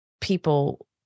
people